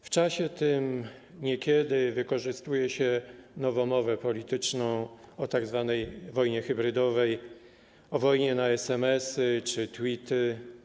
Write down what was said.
W czasie tym niekiedy wykorzystuje się nowomowę polityczną o tzw. wojnie hybrydowej, o wojnie na SMS-y czy tweety.